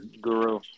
Guru